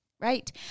Right